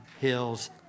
hills